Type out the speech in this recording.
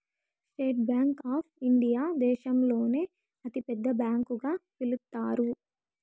state Bank of India దేశంలోనే అతి పెద్ద బ్యాంకు గా పిలుత్తారు